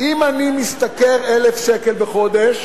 אם אני משתכר 1,000 שקל בחודש